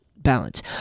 balance